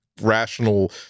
rational